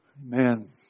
Amen